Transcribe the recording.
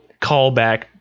callback